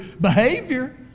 behavior